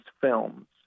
films